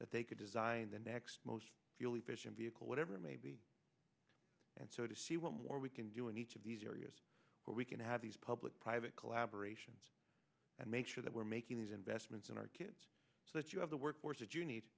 that they could design the next most fuel efficient vehicle whatever it may be and so to see what more we can do in each of these areas where we can have these public private collaboration and make sure that we're making these investments in our kids so that you have the workforce that you need